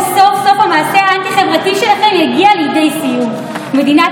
וסוף-סוף המעשה האנטי-חברתי שלכם יגיע לידי סיום ומדינת